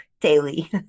daily